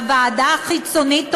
הוועדה החיצונית,